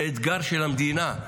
זה אתגר של המדינה.